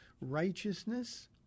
righteousness